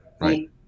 Right